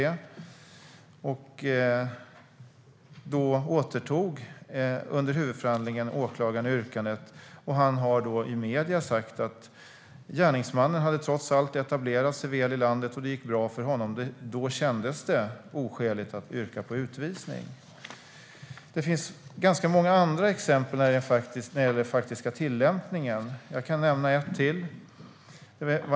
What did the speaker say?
I medierna har åklagaren sagt: Gärningsmannen hade trots allt etablerat sig väl i landet, och det gick bra för honom. Då kändes det oskäligt att yrka på utvisning. Det finns ganska många andra exempel när det gäller den faktiska tillämpningen, och jag kan nämna ett till.